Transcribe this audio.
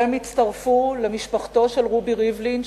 והם הצטרפו למשפחתו של רובי ריבלין,